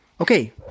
Okay